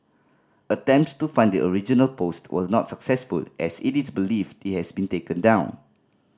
attempts to find the original post was not successful as it is believed it has been taken down